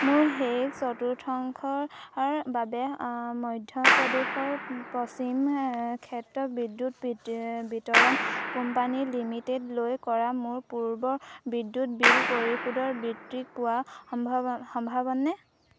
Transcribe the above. মোৰ শেষ চতুৰ্থাংশৰ বাবে মধ্যপ্ৰদেশৰ পশ্চিম ক্ষেত্ৰ বিদ্যুৎ বিতৰণ কোম্পানী লিমিটেডলৈ কৰা মোৰ পূৰ্বৰ বিদ্যুৎ বিল পৰিশোধৰ বিবৃতি পোৱা সম্ভৱনে